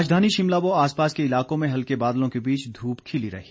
राजधानी शिमला व आस पास के इलाकों में हल्के बादलों के बीच धूप खिली रही